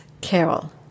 Carol